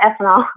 ethanol